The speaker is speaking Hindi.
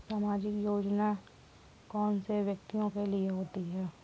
सामाजिक योजना कौन से व्यक्तियों के लिए होती है?